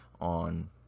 on